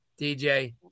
DJ